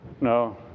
no